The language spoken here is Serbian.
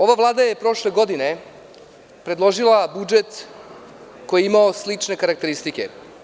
Ova Vlada je prošle godine predložila budžet koji je imao slične karakteristike.